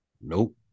Nope